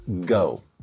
go